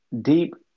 deep